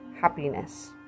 happiness